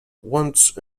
once